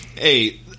hey